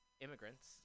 Immigrants